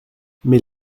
mais